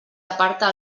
aparta